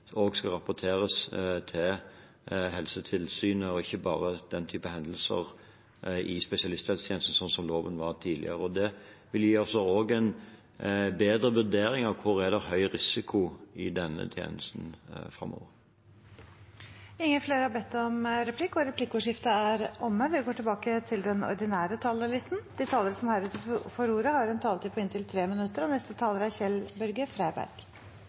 rapporteres til Helsetilsynet – ikke bare den type hendelser i spesialisthelsetjenesten, slik loven var tidligere. Det vil gi oss en bedre vurdering av hvor det er høy risiko i denne tjenesten framover. Replikkordskiftet er avsluttet. Det er godt å se at vi klarer å behandle ordinære saker i det som er en krevende og meget spesiell tid for landet, og jeg vil takke komiteen for arbeidet som er